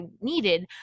needed